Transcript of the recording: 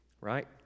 Right